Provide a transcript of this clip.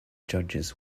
judges